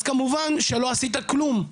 אז כמובן שלא עשית כלום.